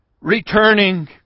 returning